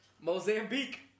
Mozambique